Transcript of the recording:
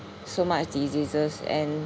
so much diseases and